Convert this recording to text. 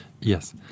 Yes